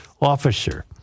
officer